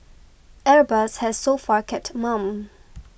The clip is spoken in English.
airbus has so far kept mum